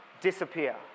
disappear